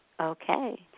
Okay